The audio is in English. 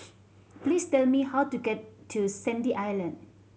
please tell me how to get to Sandy Island